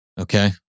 Okay